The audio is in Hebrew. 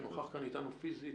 שנוכח כאן איתנו פיזית,